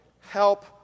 help